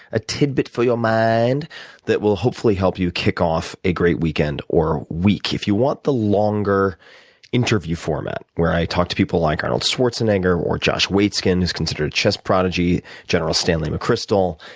a tidbit for your mind that will hopefully help you kick off a great weekend, or a week. if you want the longer interview format where i talk to people like arnold schwarzenegger, or josh waitzkin who is considered a chess prodigy, general stanley mcchrystal,